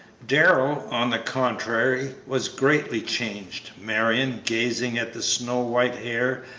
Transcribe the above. darrell, on the contrary, was greatly changed. marion, gazing at the snow-white hair,